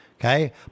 okay